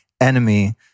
enemy